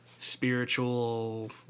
Spiritual